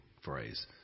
phrase